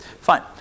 Fine